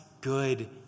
good